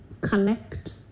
connect